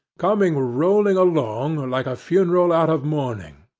coming rolling along, like a funeral out of mourning,